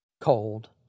Cold